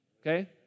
okay